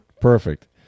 Perfect